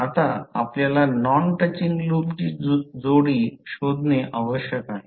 आता आपल्याला non touching लूपची जोडी शोधणे आवश्यक आहे